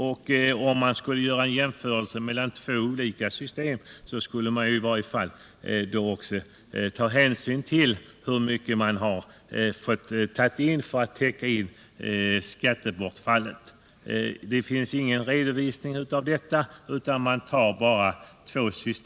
Om man skall jämföra två olika system, bör man också ta hänsyn till besluten i dess helhet. Arbetsgivaravgifterna har höjts men det finns ingen redovisning av detta.